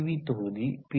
we தொகுதி B